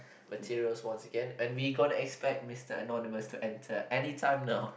materials once again and we gonna expect Mister Anonymous to enter anytime now